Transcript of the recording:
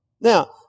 Now